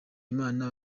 imana